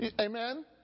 Amen